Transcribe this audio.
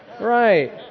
Right